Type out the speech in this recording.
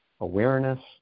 awareness